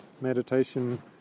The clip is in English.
meditation